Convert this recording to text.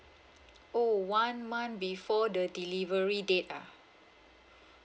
oh one month before the delivery date ah